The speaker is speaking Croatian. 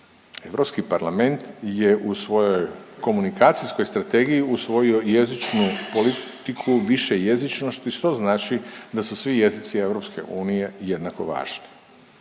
Europski parlament je u svojoj komunikacijskoj strategiji usvojio jezičnu politiku višejezičnosti što znači da su svi jezici EU jednako važni